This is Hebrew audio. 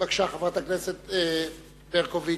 חברת הכנסת שמאלוב-ברקוביץ,